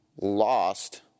lost